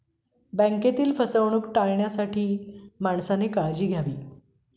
बँकेतील फसवणूक टाळण्यासाठी माणसाने काळजी घ्यावी